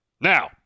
Now